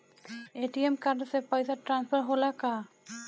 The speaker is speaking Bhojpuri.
ए.टी.एम कार्ड से पैसा ट्रांसफर होला का?